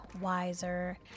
wiser